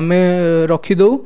ଆମେ ରଖିଦେଉ